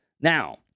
Now